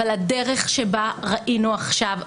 אבל הדרך שבה ראינו עכשיו,